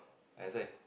I say